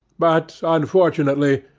but, unfortunately,